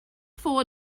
four